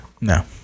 No